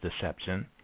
deception